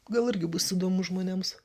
gal irgi bus įdomu žmonėms